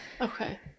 Okay